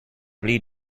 dot